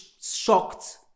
shocked